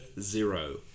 zero